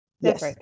Yes